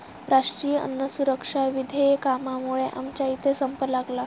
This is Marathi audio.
राष्ट्रीय अन्न सुरक्षा विधेयकामुळे आमच्या इथे संप लागला